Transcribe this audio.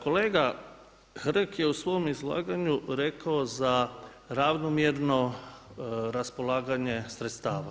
Kolega Hrg je u svom izlaganju rekao za ravnomjerno raspolaganje sredstava.